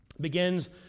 begins